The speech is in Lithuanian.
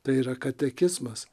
tai yra katekizmas